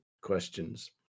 questions